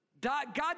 God